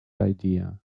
idea